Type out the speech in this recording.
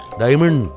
diamond